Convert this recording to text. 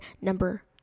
number